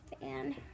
fan